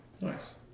nice